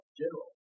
general